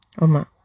Oma